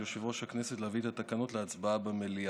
על יושב-ראש הכנסת להביא את התקנות להצבעה במליאה.